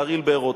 להרעיל בארות.